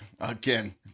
again